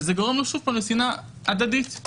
וזה גורם לשנאה הדדית.